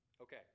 Okay